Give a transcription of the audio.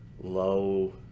low